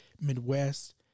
Midwest